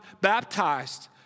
baptized